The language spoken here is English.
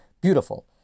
beautiful